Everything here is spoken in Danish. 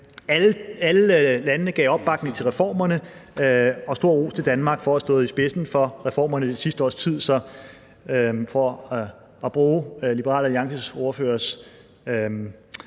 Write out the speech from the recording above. Alle landene gav opbakning til reformerne, og stor ros til Danmark for at have stået i spidsen for reformerne det sidste års tid. Så for at bruge Liberal Alliances ordførers